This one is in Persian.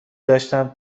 داشتم